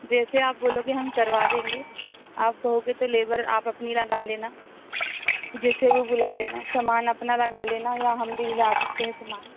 جیسے آپ بولو گے ہم کروا دیں گے آپ کہو گے تو لیبر آپ اپنی لگا لینا جسے بھی بلا لینا سامان اپنا لگا لینا یا ہم بھی لا سکتے ہیں سامان